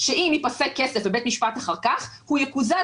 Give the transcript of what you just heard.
שאם ייפסק כסף בבית משפט אחר כך הוא יקוזז